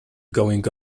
going